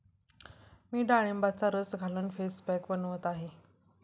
मी डाळिंबाचा रस घालून फेस पॅक बनवत आहे